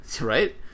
right